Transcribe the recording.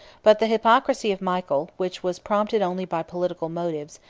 but the hypocrisy of michael, which was prompted only by political motives,